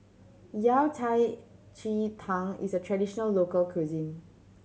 Yao Cai ji tang is a traditional local cuisine